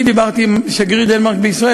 אני דיברתי עם שגריר דנמרק בישראל,